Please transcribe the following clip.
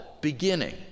beginning